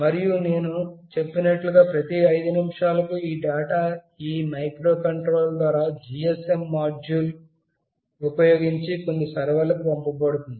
మరియునేను చెప్పినట్లుగా ప్రతి 5 నిమిషాలకు ఈ డేటా ఈ మైక్రోకంట్రోలర్ ద్వారా GSM మాడ్యూల్ ఉపయోగించి కొన్ని సర్వర్లకు పంపబడుతుంది